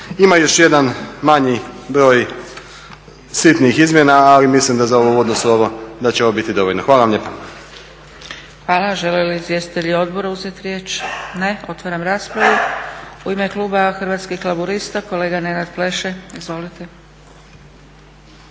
Ima još jedan manji broj sitnih izmjena ali mislim da za ovo uvodno slovo da će ovo biti dovoljno. Hvala vam lijepa. **Zgrebec, Dragica (SDP)** Hvala. Žele li izvjestitelji odbora uzeti riječ? Ne. Otvaram raspravu. U ime kluba Hrvatskih laburista kolega Nenad Pleše. Izvolite.